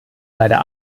leider